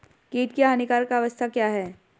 कीट की हानिकारक अवस्था क्या है?